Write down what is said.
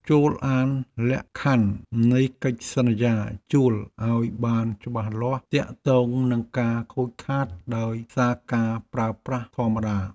ចូរអានលក្ខខណ្ឌនៃកិច្ចសន្យាជួលឱ្យបានច្បាស់លាស់ទាក់ទងនឹងការខូចខាតដោយសារការប្រើប្រាស់ធម្មតា។